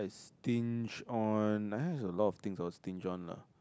stinge on I have a lot of things that I would stinge on lah